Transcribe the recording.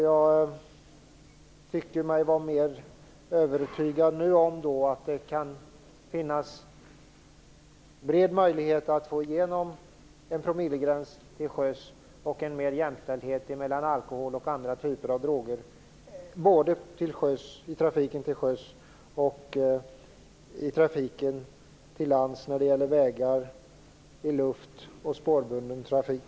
Jag tycker mig vara mer övertygad nu om att det kan finnas en bred möjlighet att få igenom en promillegräns till sjöss och en större jämställdhet mellan alkohol och andra typer av droger i trafiken till sjöss, till lands på vägarna, i luften och när det gäller spårbunden trafik.